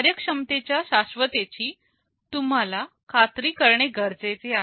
कार्यक्षमतेच्या शाश्वतेची तुम्हाला खात्री करणे गरजेचे आहे